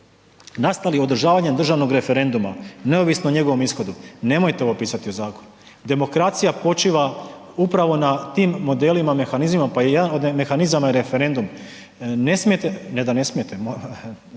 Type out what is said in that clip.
nastali održavanjem državnog referenduma neovisno o njegovom ishodu.“, nemojte ovo pisati u zakon. Demokracija počiva upravo na tim modelima, mehanizmima pa i jedan od mehanizama je referendum. Ne smijete, ne da ne smijete, kako da se